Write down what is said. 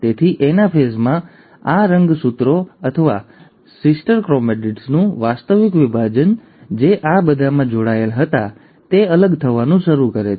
તેથી એનાફેઝમાં આ રંગસૂત્રો અથવા બહેન ક્રોમેટિડ્સનું વાસ્તવિક વિભાજન જે આ બધામાં જોડાયેલા હતા તે અલગ થવાનું શરૂ કરે છે